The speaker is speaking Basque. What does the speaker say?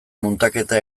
muntaketa